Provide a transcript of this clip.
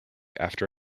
after